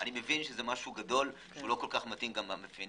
אני מבין שזה משהו גדול שלא מתאים למאפיינים,